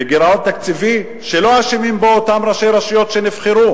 בגירעון תקציבי שלא אשמים בו אותם ראשי רשויות שנבחרו.